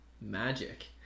magic